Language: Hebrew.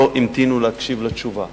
לא המתינו להקשיב לתשובה.